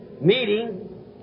meeting